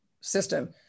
system